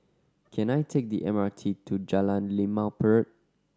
can I take the M R T to Jalan Limau Purut